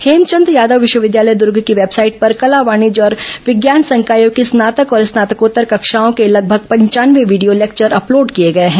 हेमचंद यादव विश्वविद्यालय द्र्ग की वेबसाइट पर कला वाणिज्य और विज्ञान संकायों की स्नातक और स्नातकोत्तर कक्षाओं की लगभग पंचानवे वीडियो लेक्वर अपलोड किए गए हैं